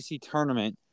tournament